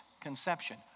conception